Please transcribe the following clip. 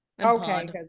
okay